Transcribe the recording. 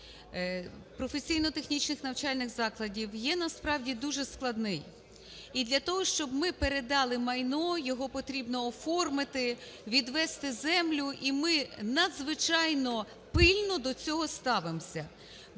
професійно-технічних навчальних закладів є насправді дуже складний. І для того, щоб ми передали майно, його потрібно оформити, відвести землю. І ми надзвичайно пильно до цього ставимося.